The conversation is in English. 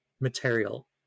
material